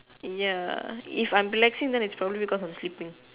ya if I'm relaxing then it's probably cause I'm sleeping